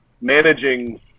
managing